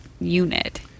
unit